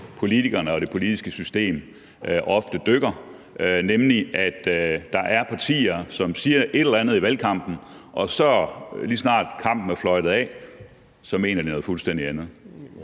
politikerne og det politiske system ofte dykker, nemlig at der er partier, som siger et eller andet i valgkampen og så, lige så snart kampen er fløjtet af, mener noget fuldstændig andet?